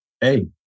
Hey